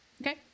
Okay